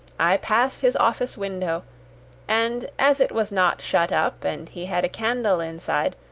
i passed his office window and as it was not shut up, and he had a candle inside,